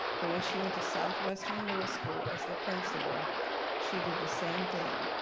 but when she went to southwestern middle school as the principal she did the same thing.